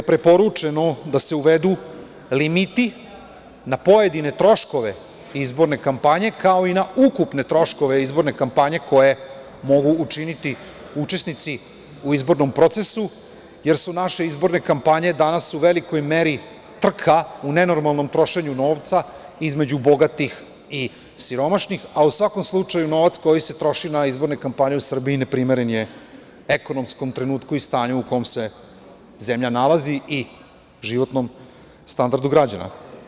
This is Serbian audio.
Preporučeno je da se uvedu limiti na pojedine troškove izborne kampanje, kao i na ukupne troškove izborne kampanje koje mogu učiniti učesnici u izbornom procesu, jer su naše izborne kampanje danas, u velikoj meri, trka u nenormalnom trošenju novca između bogatih i siromašnih, a u svakom slučaju novac koji se troši na izborne kampanje u Srbiji neprimeren je ekonomskom trenutku i stanju u kom se zemlja nalazi i životnom standardu građana.